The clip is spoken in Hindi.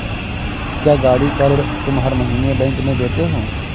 क्या, गाड़ी का ऋण तुम हर महीने बैंक में देते हो?